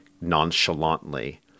nonchalantly